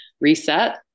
reset